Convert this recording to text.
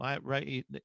Right